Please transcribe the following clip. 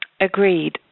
agreed